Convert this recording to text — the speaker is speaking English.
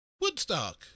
Woodstock